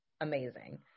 amazing